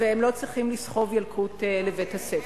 והתלמידים לא צריכים לסחוב ילקוט לבית-הספר.